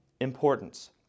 importance